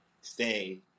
stay